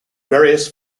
various